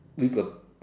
with a